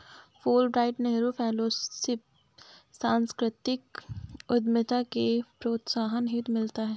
Fulbright Nehru fellowship सांस्कृतिक उद्यमिता के प्रोत्साहन हेतु मिलता है